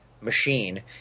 machine